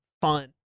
fun